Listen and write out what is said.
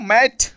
Matt